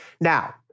Now